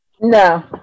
no